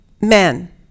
men